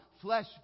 flesh